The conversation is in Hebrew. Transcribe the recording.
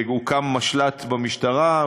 הוקם משל"ט במשטרה,